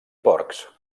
porcs